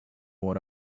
what